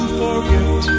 forget